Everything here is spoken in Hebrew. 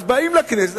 אז באים לכנסת.